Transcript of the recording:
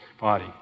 body